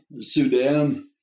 Sudan